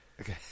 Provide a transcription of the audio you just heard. okay